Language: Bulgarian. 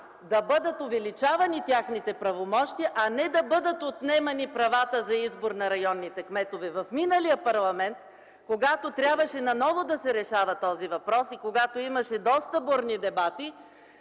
да бъдат увеличавани техните правомощия, а не да бъдат отнемани правата за избор на районните кметове. В миналия парламент, когато трябваше наново да се решава този въпрос и когато имаше доста бурни дебати,